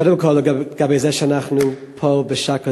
קודם כול, לגבי זה שאנחנו פה בשעה כזאת,